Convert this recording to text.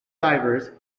divers